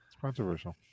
controversial